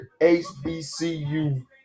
HBCU